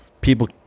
people